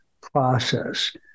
process